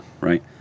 right